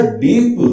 deep